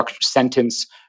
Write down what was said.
sentence